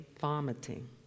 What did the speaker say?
vomiting